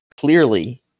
clearly